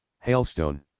Hailstone